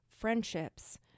friendships